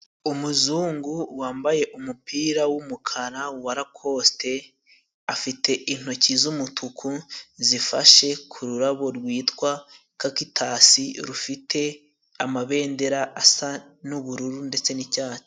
Umuzungu wambaye umupira w'umukara wa lacosite afite intoki z'umutuku zifashe ku rurabo rwitwa kakitasi rufite amabendera asa n'ubururu ndetse ni'icyatsi.